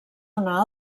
una